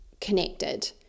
connected